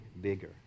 bigger